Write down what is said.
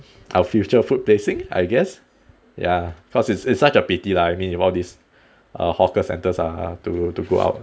our future food pacing I guess ya cause it's it's such a pity lah I mean with all this err hawker centres are to to go out